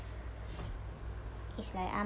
it's like I'm